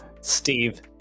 steve